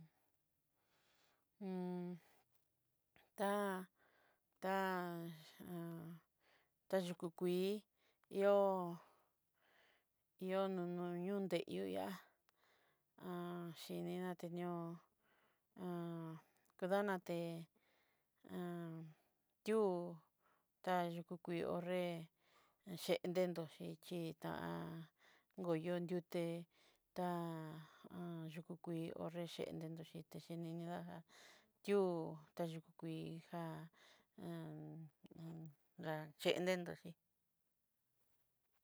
ta- ta- tayuku kuii, yo'o yo'o nono yunté ihó yá'a inina tenió danate 'o ta yuku kuii ho'nré ché dentoxhe xitá'a ngoyo duté ta kú kuii ho'nré chenté xhinidajá ti'ú ta yuku kuii ja rá chedentoxhi.